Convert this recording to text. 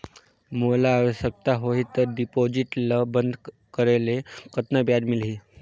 मोला आवश्यकता होही त डिपॉजिट ल बंद करे ले कतना ब्याज मिलही?